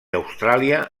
austràlia